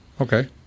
Okay